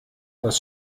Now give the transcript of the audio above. das